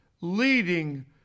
leading